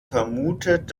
vermutet